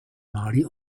mali